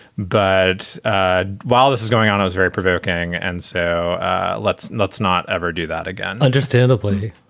but while this is going on, i was very prevaricating. and so let's let's not ever do that again understandably.